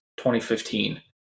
2015